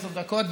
עשר דקות,